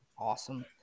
Awesome